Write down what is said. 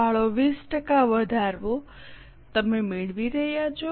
ફાળો 20 ટકા વધારવો તમે મેળવી રહ્યાં છો